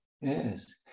Yes